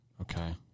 Okay